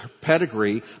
pedigree